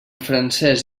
francès